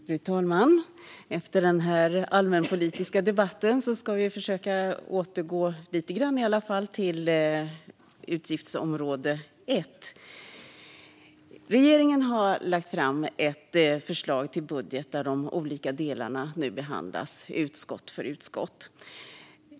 Fru talman! Efter denna allmänpolitiska debatt ska vi försöka att återgå lite grann till utgiftsområde 1. Regeringen har lagt fram ett förslag till budget där de olika delarna nu behandlas utskott för utskott.